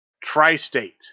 Tri-State